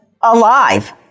alive